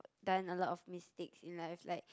done a lot of mistakes in life like